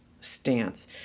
stance